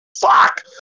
fuck